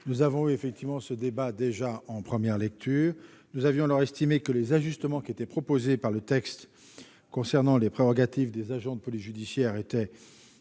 Nous avons déjà eu ce débat en première lecture et nous avions alors estimé que les ajustements qui étaient proposés par le texte concernant les prérogatives des agents de police judiciaire étaient